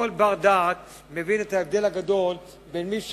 כל בר-דעת מבין את ההבדל הגדול בין מי שמורשע,